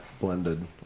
blended